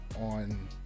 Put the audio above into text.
on